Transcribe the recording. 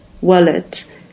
wallet